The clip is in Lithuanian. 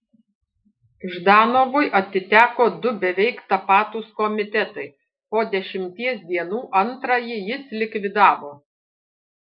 ždanovui atiteko du beveik tapatūs komitetai po dešimties dienų antrąjį jis likvidavo